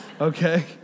Okay